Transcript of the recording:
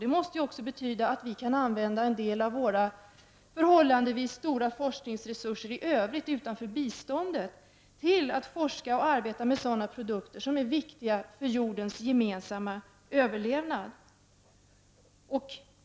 Då måste det också betyda att vi kan använda en del av våra förhållandevis stora forskningsresurser i övrigt utanför bistånd till att forska och arbeta med sådana produkter som är viktiga för jordens gemensamma överlevnad.